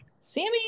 Sammy